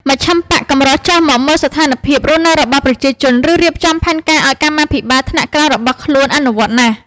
មជ្ឈិមបក្សកម្រចុះមកមើលស្ថានភាព រស់នៅរបស់ប្រជាជន ឬរៀបចំផែនការឱ្យកម្មាភិបាលថ្នាក់ក្រោមរបស់ខ្លួនអនុវត្តណាស់។